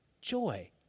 joy